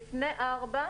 לפני שנקרא את תקנה 4,